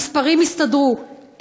המספרים הסתדרו,